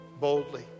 boldly